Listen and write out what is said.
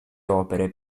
opere